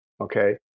Okay